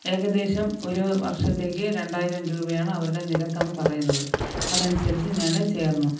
ഏകദേശം ഒരു വർഷത്തേക്ക് രണ്ടായിരം രൂപയാണ് അവരുടെ നിരക്കെന്ന് പറയുന്നത് അതനുസരിച്ച് ഞാൻ ചേർന്നു